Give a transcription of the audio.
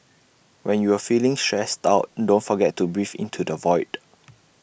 when you are feeling stressed out don't forget to breathe into the void